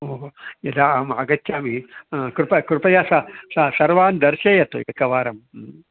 ओ हो यदा अहम् आगच्छामि कृपा कृपया सा सः सर्वान् दर्शयतु एकवारं ह्म्